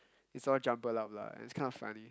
it's all jumbled up lah and it's kind of funny